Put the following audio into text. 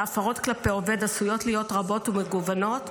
ההפרות כלפי עובד עשויות להיות רבות ומגוונות,